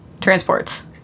Transports